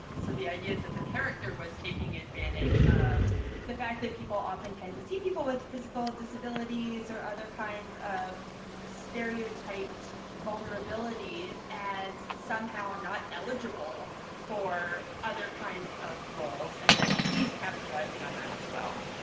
so the idea is that the character was taking advantage of the fact that people often tend to see people with physical disabilities or other kinds of stereotyped vulnerabilities as somehow not eligible for other kinds of roles and that he's capitalizing on that as well